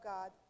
God